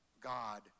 God